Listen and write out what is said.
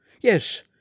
Yes